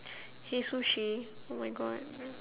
hei sushi oh my god